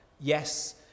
yes